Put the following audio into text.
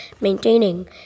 maintaining